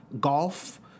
golf